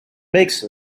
makes